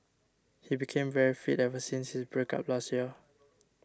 he became very fit ever since his break up last year